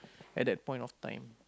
at that point of time